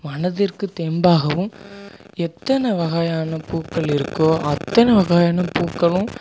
மனதிற்கு தெம்பாகவும் எத்தனை வகையான பூக்கள் இருக்கோ அத்தனை வகையான பூக்களும்